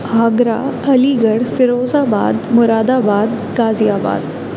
Agra Aligarh Firozabad Moradabad غازی آباد